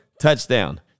TOUCHDOWN